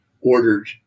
ordered